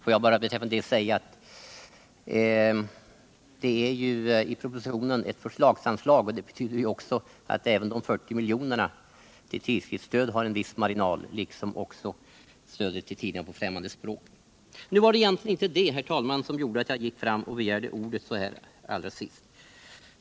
Låt mig bara säga att det i propositionen föreslås ett förslagsanslag. Detta betyder att det finns en viss marginal även när det gäller de 40 miljonerna till tidskriftsstöd, liksom när det gäller stödet till tidningar på främmande språk. Det var egentligen inte detta som gjorde att jag begärde ordet så här allra sist.